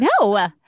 no